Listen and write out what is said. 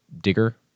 digger